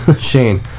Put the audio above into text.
Shane